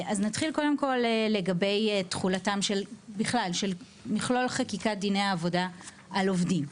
נתחיל לגבי תחולתם של מכלול חקיקת דיני העבודה על עובדים.